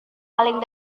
paling